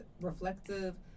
reflective